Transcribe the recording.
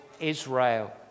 Israel